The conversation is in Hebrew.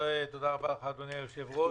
תודה רבה לך, אדוני היושב-ראש.